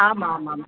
आमामाम्